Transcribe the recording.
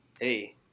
hey